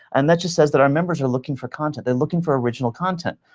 and that just says that our members are looking for content. they're looking for original content.